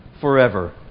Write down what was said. forever